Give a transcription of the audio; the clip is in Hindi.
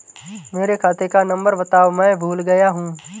मेरे खाते का नंबर बताओ मैं भूल गया हूं